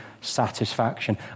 satisfaction